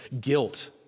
guilt